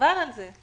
חבל על זה.